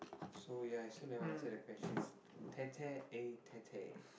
so ya I still never answer the answer tete-a-tete